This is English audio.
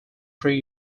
three